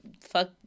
fuck